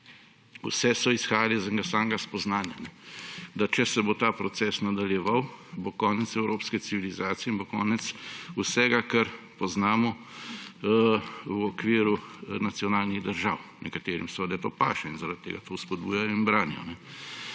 Vse so izhajale iz enega samega spoznanja, da če se bo ta proces nadaljeval, bo konec evropske civilizacije in bo konec vsega, kar poznamo v okviru nacionalnih držav. Nekaterim seveda to paše in zaradi tega to spodbujajo in branijo.